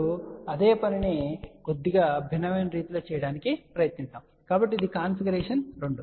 ఇప్పుడు అదే పనిని కొద్దిగా భిన్నమైన రీతిలో చేయడానికి ప్రయత్నిద్దాం కాబట్టి ఇది కాన్ఫిగరేషన్ రెండు